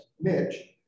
Mitch